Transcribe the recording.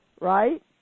right